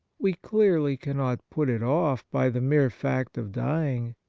we clearly cannot put it off by the mere fact of dying,